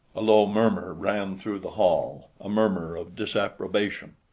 a low murmur ran through the hall, a murmur of disapprobation.